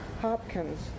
Hopkins